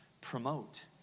promote